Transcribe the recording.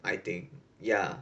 I think ya